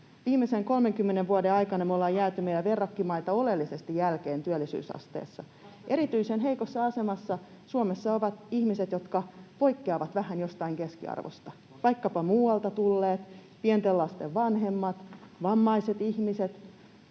viimeisen 30 vuoden aikana me ollaan jääty meidän verrokkimaita oleellisesti jälkeen työllisyysasteessa. Erityisen heikossa asemassa Suomessa ovat ihmiset, jotka poikkeavat vähän jostain keskiarvosta, vaikkapa muualta tulleet, pienten lasten vanhemmat, vammaiset ihmiset,